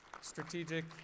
Strategic